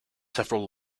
several